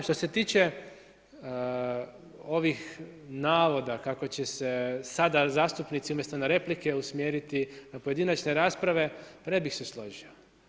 Što se tiče ovih navoda kako će se sada zastupnici umjesto na replike usmjeriti na pojedinačne rasprave pa ne bih se složio.